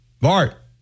Bart